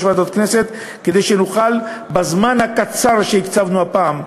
ועדות הכנסת כדי שנוכל בזמן הקצר שהקצבנו הפעם,